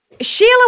Sheila